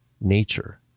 nature